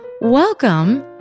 Welcome